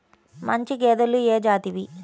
మంచి గేదెలు ఏ జాతివి?